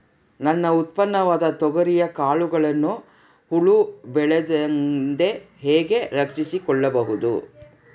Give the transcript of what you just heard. ನನ್ನ ಉತ್ಪನ್ನವಾದ ತೊಗರಿಯ ಕಾಳುಗಳನ್ನು ಹುಳ ಬೇಳದಂತೆ ಹೇಗೆ ರಕ್ಷಿಸಿಕೊಳ್ಳಬಹುದು?